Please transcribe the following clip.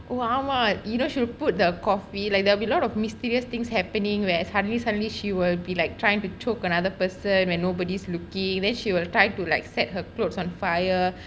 ஓ ஆமா:oh aamaa you know she will put the coffee like there be a lot of mysterious things happening whereas suddenly suddenly she will be like trying to choke another person when nobody's looking then she will try to like set her clothes on fire